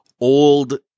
old